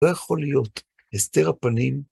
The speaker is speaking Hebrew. לא יכול להיות הסתר הפנים.